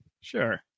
Sure